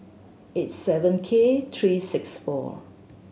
eight seven K three six four